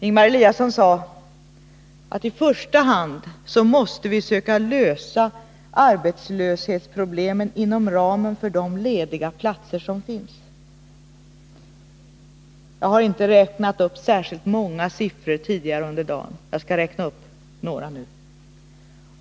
Ingemar Eliasson sade att vi i första hand måste försöka lösa arbetslöshetsproblemen inom ramen för de lediga platser som finns. Tidigare under dagen har jag inte räknat upp särskilt många siffror, men jag skall räkna upp några nu.